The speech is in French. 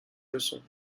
leçon